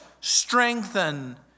strengthen